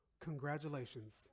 congratulations